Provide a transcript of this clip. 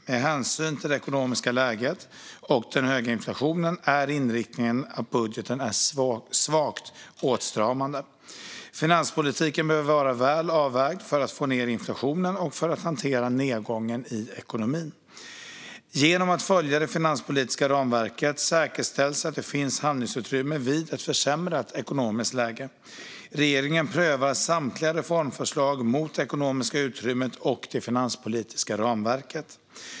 Med hänsyn till det ekonomiska läget och den höga inflationen är inriktningen på budgeten svagt åtstramande. Finanspolitiken behöver vara väl avvägd för att få ned inflationen och för att hantera nedgången i ekonomin. Genom att följa det finanspolitiska ramverket säkerställs att det finns handlingsutrymme vid ett försämrat ekonomiskt läge. Regeringen prövar samtliga reformförslag mot det ekonomiska utrymmet och det finanspolitiska ramverket.